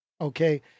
okay